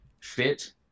fit